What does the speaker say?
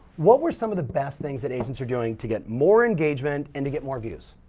what were some of the best things that agents are doing to get more engagement and to get more views?